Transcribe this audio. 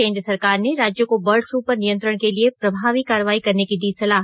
केंद्र सरकार ने राज्यों को बर्ड फ्लू पर नियंत्रण के लिए प्रभावी कार्रवाई करने की दी सलाह